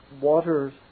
water